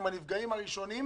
הם הנפגעים הראשונים.